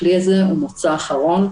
הכלי הזה הוא מוצא אחרון,